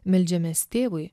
meldžiamės tėvui